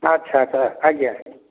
ଆଚ୍ଛା ଆଚ୍ଛା ଆଜ୍ଞା ଆଜ୍ଞା